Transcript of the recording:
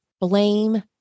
blame